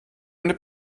eine